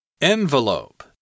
Envelope